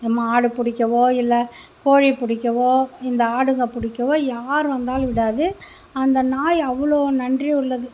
நம்ம ஆடு பிடிக்கவோ இல்லை கோழி பிடிக்கவோ இந்த ஆடுங்க பிடிக்கவோ யார் வந்தாலும் விடாது அந்த நாய் அவ்வளோ நன்றி உள்ளது